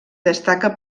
destaca